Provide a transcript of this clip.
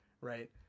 right